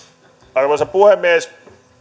arvoisa puhemies